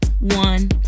one